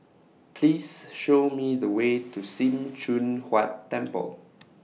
Please Show Me The Way to SIM Choon Huat Temple